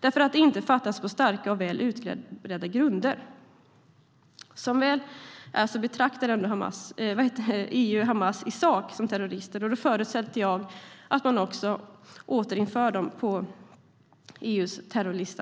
därför att det inte har fattas på starka och väl utredda grunder. Som väl är betraktar ändå EU Hamas i sak som terrorister, och jag förutsätter att man också återinför dem på EU:s terrorlista.